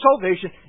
salvation